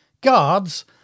Guards